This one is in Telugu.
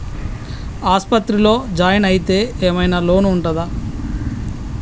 ఆస్పత్రి లో జాయిన్ అయితే ఏం ఐనా లోన్ ఉంటదా?